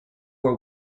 war